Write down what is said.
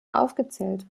aufgezählt